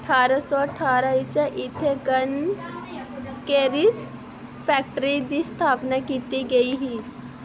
ठारां सौ ठारां च इत्थै गन कैरिज फैक्ट्री दी स्थापना कीती गेई ही